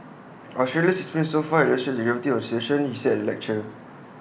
Australia's experience so far illustrates the gravity of the situation he said at the lecture